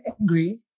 angry